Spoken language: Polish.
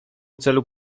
celu